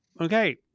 Okay